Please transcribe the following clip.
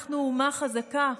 אנחנו אומה חזקה.